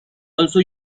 also